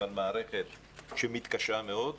אבל מערכת שמתקשה מאוד,